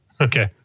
Okay